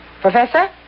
Professor